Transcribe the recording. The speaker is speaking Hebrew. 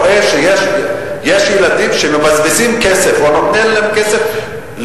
רואה שיש ילדים שמבזבזים כסף או שהוא נותן להם כסף,